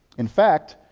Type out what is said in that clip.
in fact,